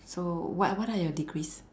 so what what are your degrees